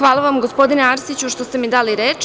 Hvala vam gospodine Arsiću što ste mi dali reč.